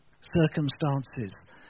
circumstances